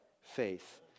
faith